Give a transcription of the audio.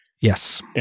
Yes